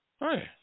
Right